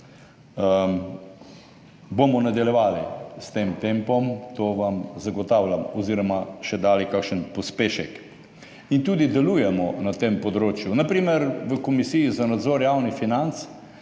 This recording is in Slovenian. Bomo nadaljevali s tem tempom, to vam zagotavljam oziroma še dali kakšen pospešek. In tudi delujemo na tem področju, na primer v Komisiji za nadzor javnih financ.